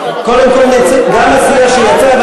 גם הסיעה שיצאה,